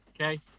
okay